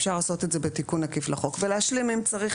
אפשר לעשות את זה בתיקון עקיף לחוק ולהשלים אם צריך